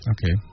Okay